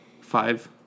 five